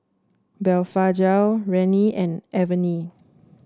Blephagel Rene and Avene